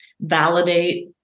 validate